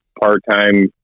part-time